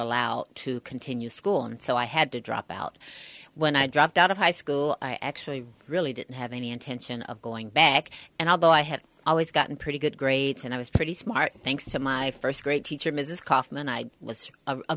allowed to continue school and so i had to drop out when i dropped out of high school i actually really didn't have any intention of going back and although i had always gotten pretty good grades and i was pretty smart thanks to my first grade teacher mrs kaufman i was a